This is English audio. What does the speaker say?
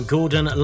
Gordon